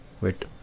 wait